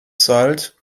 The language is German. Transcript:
zahlt